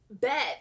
bet